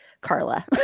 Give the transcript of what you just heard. Carla